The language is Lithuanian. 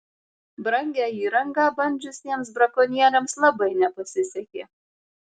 brangią įrangą bandžiusiems brakonieriams labai nepasisekė